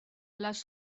les